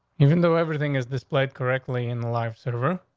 even though everything is displayed correctly in life server,